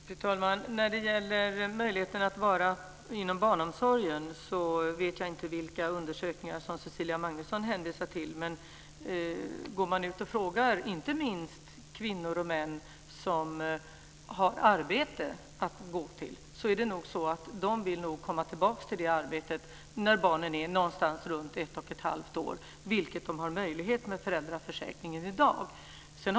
Fru talman! När det gäller möjligheten att vistas inom barnomsorgen vet jag inte vilka undersökningar som Cecilia Magnusson hänvisar till. Men går man ut och frågar inte minst kvinnor och män som har ett arbete att gå till vill de nog komma tillbaka till det arbetet när barnet är ca 1 1⁄2 år, vilket de har möjlighet till med den föräldraförsäkring som finns i dag.